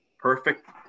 perfect